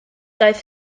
daeth